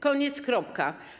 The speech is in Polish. Koniec kropka.